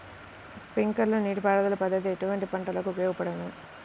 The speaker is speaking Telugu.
స్ప్రింక్లర్ నీటిపారుదల పద్దతి ఎటువంటి పంటలకు ఉపయోగపడును?